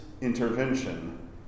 intervention